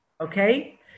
Okay